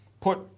Put